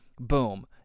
Boom